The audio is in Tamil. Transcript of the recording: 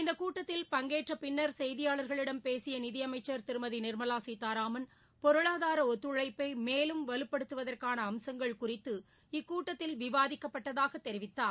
இந்த கூட்டத்தில் பங்கேற்றப்பின்னர் செய்தியாளர்களிடம் பேசிய நிதியமைச்சர் திருமதி நிர்மலா சீதாராமன் பொருளாதார ஒத்துழைப்பை மேலும் வலுப்படுத்துவதற்கான அம்சங்கள் குறித்து இக்கூட்டத்தில் விவாதிக்கப்பட்டதாக தெரிவித்தார்